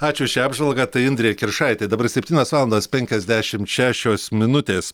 ačiū už šią apžvalgą tai indrė kiršaitė dabar septynios valandos penkiasdešimt šešios minutės